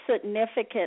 significant